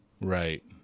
Right